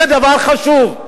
זה דבר חשוב.